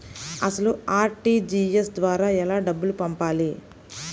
అసలు అర్.టీ.జీ.ఎస్ ద్వారా ఎలా డబ్బులు పంపాలి?